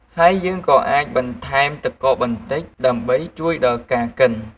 ហើយយើងក៏អាចបន្ថែមទឹកកកបន្តិច ដើម្បីជួយដល់ការកិន។